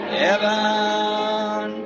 heaven